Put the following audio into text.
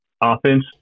offense